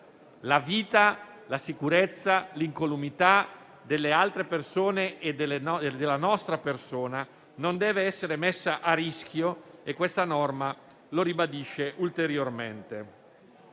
La vita, la sicurezza, l'incolumità delle altre persone e della nostra persona non deve essere messa a rischio e questa norma lo ribadisce ulteriormente.